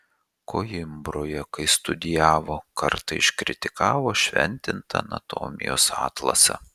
koimbroje kai studijavo kartą iškritikavo šventintą anatomijos atlasą